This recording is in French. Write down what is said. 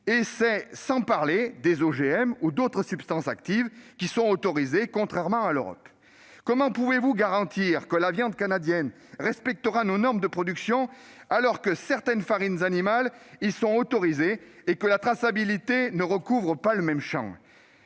sans même parler des OGM ou des autres substances actives qui sont autorisées au Canada et non en Europe ? Comment pouvez-vous garantir que la viande canadienne respectera nos normes de production, alors que certaines farines animales y sont autorisées et que la traçabilité ne recouvre pas le même champ ?